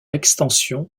extension